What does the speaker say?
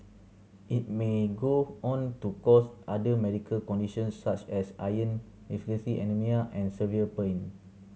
it may go on to cause other medical conditions such as iron deficiency anaemia and severe pain